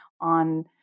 on